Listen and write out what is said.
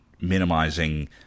minimizing